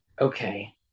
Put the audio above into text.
okay